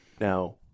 Now